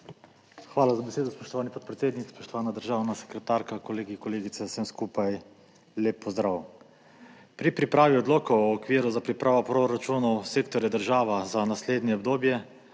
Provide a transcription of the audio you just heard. Hvala za besedo, spoštovani podpredsednik. Spoštovana državna sekretarka, kolegi, kolegice, vsem skupaj lep pozdrav! Pri pripravi odloka o okviru za pripravo proračunov sektorja država za naslednje obdobje,